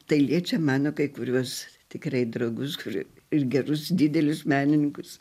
tai liečia mano kai kuriuos tikrai draugus ir ir gerus didelius menininkus